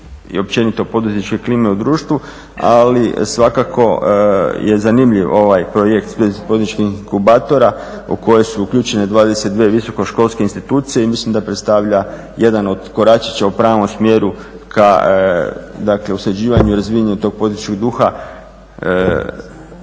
i općenito poduzetničke klime u društvu. Ali svakako je zanimljiv ovaj projekt …/Govornik se ne razumije./… inkubatora u koje su uključene 32 visoko školske institucije i mislim da predstavlja jedan od koračića u pravom smjeru ka dakle razvijanju tog poduzetničkog duha